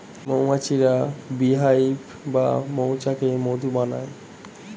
মৌমাছিরা bee hive বা মৌচাকে মধু বানায়